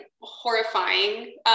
horrifying